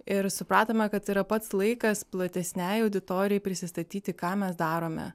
ir supratome kad tai yra pats laikas platesnei auditorijai prisistatyti ką mes darome